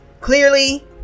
clearly